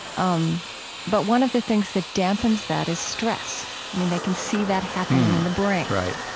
um but one of the things that dampens that is stress. i mean, they can see that happening in the brain right.